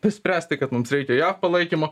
spręsti kad mums reikia jav palaikymo